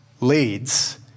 leads